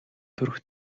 төрх